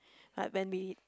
like when we